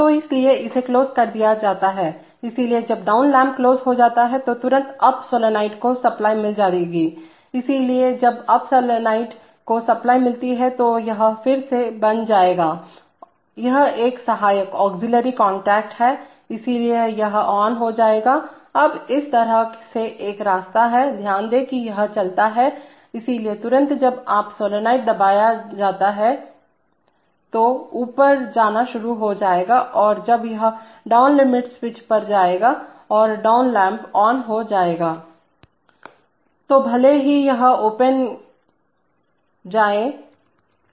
तो इसलिए इसे क्लोज कर दिया जाता है इसलिए जब डाउन लैंप क्लोज हो जाता है तो तुरंत अप सोलनॉइड को सप्लाई मिल जाएगी इसलिए जब अप सोलनॉइड को सप्लाई मिलती हैतो यह फिर से बन जाएगा यह एक सहायक ऑग्ज़ीलियरी कांटेक्टसंपर्क है इसलिए यह ऑन हो जाता है अब इस तरह से एक रास्ता है ध्यान दें कि यह चलता है इसलिए तुरंत जब अप सॉलोनॉइड दबाया जाता है तो ऊपर जाना शुरू हो जाएगा और जब यह डाउन लिमिट स्विच पर जाएगा और डाउन लैंप ऑन हो जाएगा